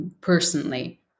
personally